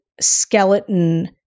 skeleton